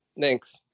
Thanks